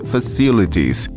Facilities